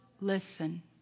listen